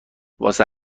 واسه